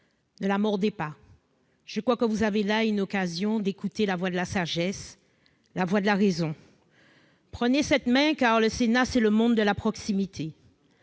ne la mordez pas ... Vous avez là une occasion d'écouter la voix de la sagesse, la voix de la raison. Prenez cette main, car le Sénat, c'est le monde de la proximité.